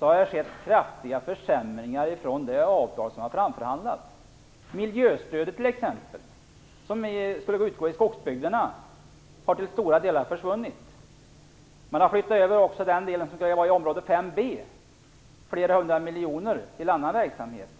har det skett kraftiga försämringar jämfört med det avtal som framförhandlades. Miljöstödet, som skulle utgå till skogsbygderna, har till stora delar försvunnit. Man har också flyttat över den delen som skulle ha gått till område 5 B - flera hundra miljoner - till annan verksamhet.